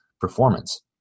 performance